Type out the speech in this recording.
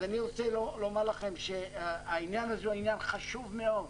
אז אני רוצה לומר לכם שהעניין הזה הוא עניין חשוב מאוד.